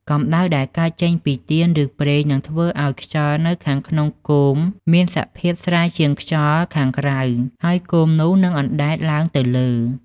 កម្តៅដែលកើតចេញពីទៀន ឬប្រេងនឹងធ្វើឲ្យខ្យល់នៅខាងក្នុងគោមមានសភាពស្រាលជាងខ្យល់ខាងក្រៅ ហើយគោមនោះនឹងអណ្តែតឡើងទៅលើ។